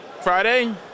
Friday